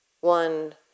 One